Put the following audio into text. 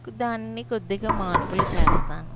కొ దాన్ని కొద్దిగా మార్పులు చేస్తాను